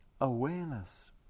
awareness